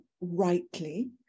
rightly